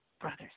Brothers